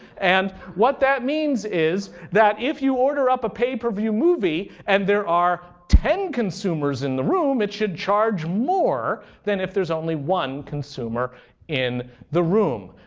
and what that means is that if you order up a pay-per-view movie and there are ten consumers in the room it should charge more than if there's only one consumer in the room.